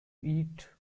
eat